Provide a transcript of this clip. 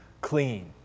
clean